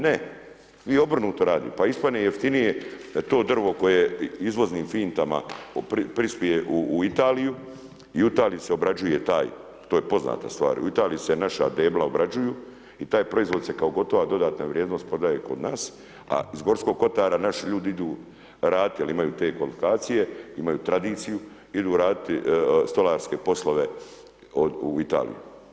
Ne vi obrnuto radite, pa ispadne jeftinije to drvo koje u izvoznim fintama prispije u Italiji i u Italiji se obrađuje taj, to je poznata stvar, u Italiji se naša debla obrađuju i taj proizvod se kao gotova dodatna vrijednost prodaje kod nas, a s Gorskog Kotara naši ljudi idu raditi jer imaju te kvalifikacije, imaju tradiciju, idu raditi stolarske poslove u Italiji.